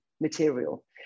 material